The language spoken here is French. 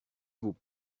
vous